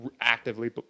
actively